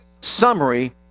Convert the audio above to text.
summary